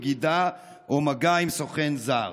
בגידה או מגע עם סוכן זר.